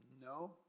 no